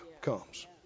comes